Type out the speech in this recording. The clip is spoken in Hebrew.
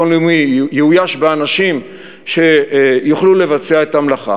לאומי יאויש באנשים שיוכלו לבצע את המלאכה.